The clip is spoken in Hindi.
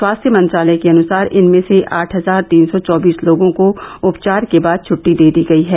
स्वास्थ्य मंत्रालय के अनुसार इनमें से आठ हजार तीन सौ चौबीस लोगों को उपचार के बाद छुट्टी दे दी गई है